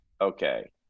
okay